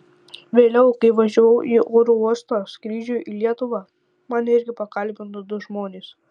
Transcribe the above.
vėliau kai važiavau į oro uostą skrydžiui į lietuvą mane irgi pakalbino du žmonės